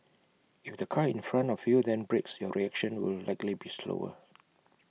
if the car in front of you then brakes your reaction will likely be slower